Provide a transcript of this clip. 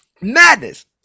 madness